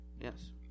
Yes